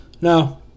No